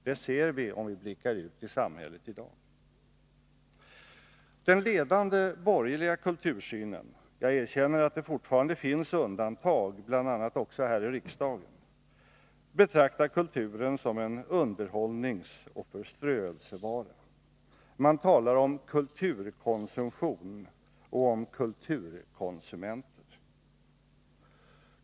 Det ser vi om vi blickar ut i samhället i dag. Den ledande borgerliga kultursynen — jag erkänner att det fortfarande finns undantag bl.a. här i riksdagen — betraktar kulturen som en underhållningsoch förströelsevara. Man talar om kulturkonsumtion och kulturkonsumenter.